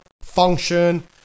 function